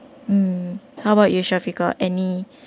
um how about you shafiqah any